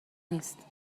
نیست